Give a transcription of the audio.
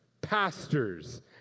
pastors